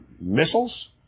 missiles